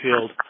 field